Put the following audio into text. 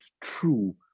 true